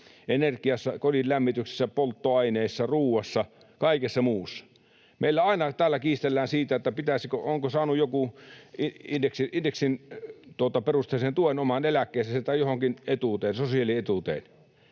energiassa, kodin lämmityksessä, polttoaineissa, ruuassa, kaikessa muussa. Meillä aina täällä kiistellään siitä, onko joku saanut indeksiperusteisen tuen omaan eläkkeensä tai johonkin sosiaalietuuteen.